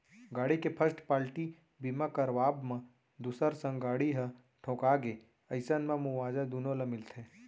गाड़ी के first party बीमा करवाब म दूसर संग गाड़ी ह ठोंका गे अइसन म मुवाजा दुनो ल मिलथे